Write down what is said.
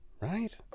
Right